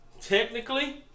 technically